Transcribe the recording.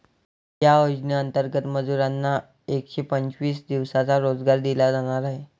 या योजनेंतर्गत मजुरांना एकशे पंचवीस दिवसांचा रोजगार दिला जाणार आहे